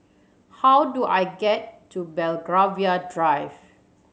how do I get to Belgravia Drive